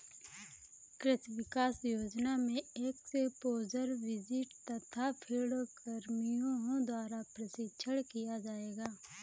कृषि विकास योजना में एक्स्पोज़र विजिट तथा फील्ड कर्मियों द्वारा प्रशिक्षण किया जाएगा